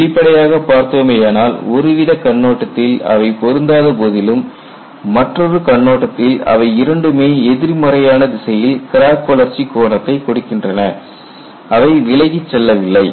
வெளிப்படையாக பார்த்தோமேயானால் ஒருவித கண்ணோட்டத்தில் அவை பொருந்தாத போதிலும் மற்றொரு கண்ணோட்டத்தில் அவை இரண்டுமே எதிர்மறையான திசையில் கிராக் வளர்ச்சி கோணத்தைக் கொடுக்கின்றன அவை விலகிச் செல்லவில்லை